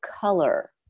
color